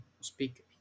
speak